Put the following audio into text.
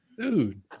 dude